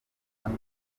nabi